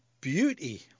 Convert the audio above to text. beauty